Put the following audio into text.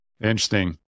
Interesting